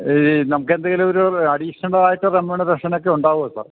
ഈ നമുക്കെന്തെങ്കിലുമൊരു അഡീഷണലായിട്ട് റെമ്യൂണറേഷനൊക്കെ ഉണ്ടാവുമോ സാർ